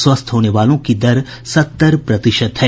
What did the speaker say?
स्वस्थ होने वालों की दर सत्तर प्रतिशत है